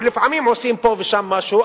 ולפעמים עושים פה ושם משהו,